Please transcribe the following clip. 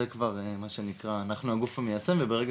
זה כבר מה שנקרא אנחנו "הגוף המיישם" וברגע